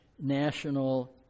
national